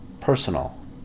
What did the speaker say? Personal